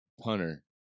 punter